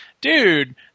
dude